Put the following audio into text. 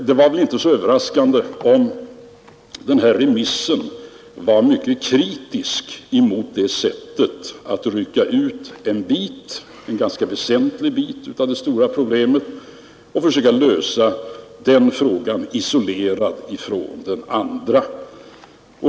Det var därför inte överraskande att remissvaren var mycket kritiska mot förfaringssättet att rycka ut en ganska väsentlig bit av det stora problemet och försöka lösa den frågan isolerad från de övriga.